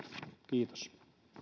kiitos